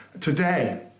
today